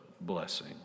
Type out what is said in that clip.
blessing